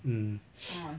mm